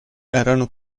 erano